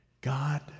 God